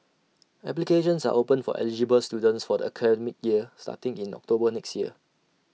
applications are open for eligible students for the academic year starting in October next year